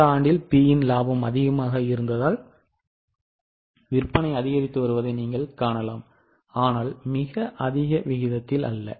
கடந்த ஆண்டு P இன் லாபம் அதிகமாக இருந்ததால் விற்பனை அதிகரித்து வருவதை நீங்கள் காணலாம் ஆனால் மிக அதிக விகிதத்தில் அல்ல